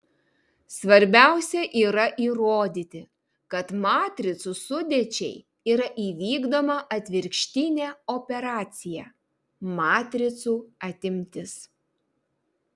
svarbiausia yra įrodyti kad matricų sudėčiai yra įvykdoma atvirkštinė operacija matricų atimtis